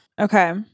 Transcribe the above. Okay